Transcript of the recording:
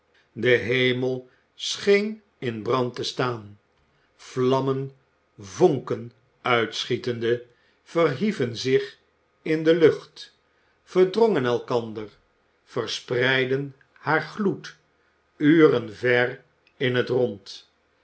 de hemel scheen in brand te staan vlammen vonken uitschietende verhieven zich in de lucht verdrongen elkander verspreidden haar gloed uren ver in t rond